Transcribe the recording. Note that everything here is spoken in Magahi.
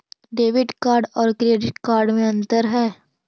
डेबिट कार्ड और क्रेडिट कार्ड में अन्तर है?